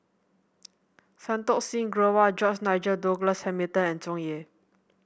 Santokh Singh Grewal George Nigel Douglas Hamilton and Tsung Yeh